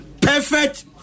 perfect